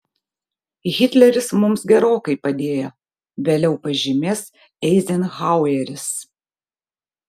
hitleris mums gerokai padėjo vėliau pažymės eizenhaueris